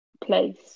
place